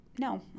No